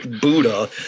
Buddha